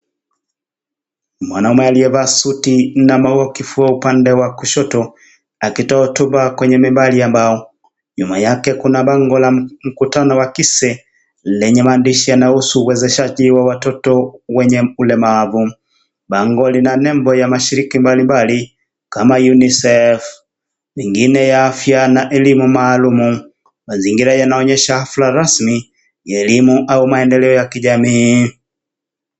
Mwanaume, aliyevaa suti na maua kifua upande wa kushoto. Akitoa hotuba kwenye mebali ya mbao. Nyuma yake kuna bango la mkutano wa KISE, lenye mandishi yanayohusu, uweshaji wa watoto wenye mle, ulemavu. Bango lina nembo ya mashiriki mbalimbali kama, UNICEF, mengine ya afya na elimu maalum. Mazingira yanaonyesha, hafla rasmi ya elimu au maendeleo ya kijamii.